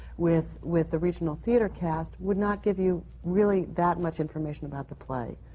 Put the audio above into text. with with a regional theatre cast, would not give you really that much information about the play.